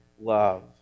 love